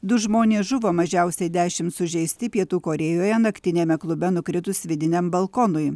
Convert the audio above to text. du žmonės žuvo mažiausiai dešimt sužeisti pietų korėjoje naktiniame klube nukritus vidiniam balkonui